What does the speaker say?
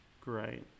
Great